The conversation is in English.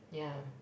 yeah